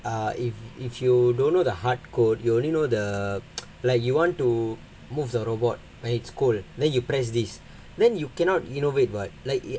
uh if if you don't know the hard code you only know the like you want to move the robot when it's cold then you press this then you cannot innovate what like